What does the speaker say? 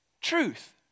truth